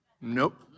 Nope